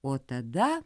o tada